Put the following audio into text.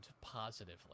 positively